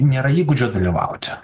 nėra įgūdžio dalyvauti